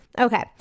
okay